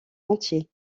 entier